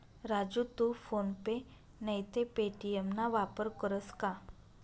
राजू तू फोन पे नैते पे.टी.एम ना वापर करस का?